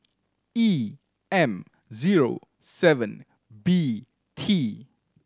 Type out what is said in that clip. E M zero seven B T